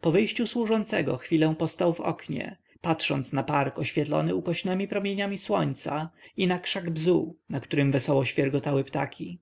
po wyjściu służącego chwilę postał w oknie patrząc na park oświetlony ukośnemi promieniami słońca i na krzak bzu na którym wesoło świegotały ptaki